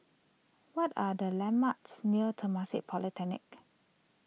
what are the landmarks near Temasek Polytechnic